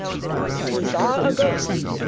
he saw a ghost.